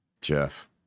Jeff